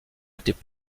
étaient